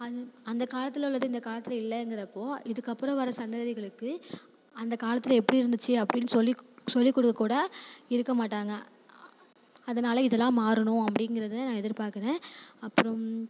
அந் அந்த காலத்தில் உள்ளது இந்த காலத்தில் இல்லங்கிறப்போ இதுக்கப்புறம் வர சந்ததிகளுக்கு அந்த காலத்தில் எப்படி இருந்துச்சு அப்படினு சொல்லி கொடுக் சொல்லிக் கொடுக்க கூட இருக்க மாட்டாங்க அதனால் இதெல்லாம் மாறணும் அப்படிங்கிறத நான் எதிர்ப்பார்க்கிறேன் அப்புறம்